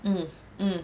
mm mm